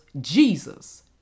Jesus